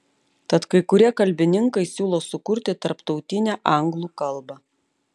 tad kai kurie kalbininkai siūlo sukurti tarptautinę anglų kalbą